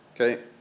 okay